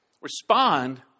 respond